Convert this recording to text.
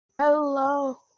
Hello